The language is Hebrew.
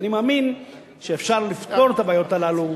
ואני מאמין שאפשר לפתור את הבעיות הללו,